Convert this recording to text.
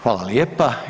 Hvala lijepa.